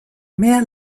mehr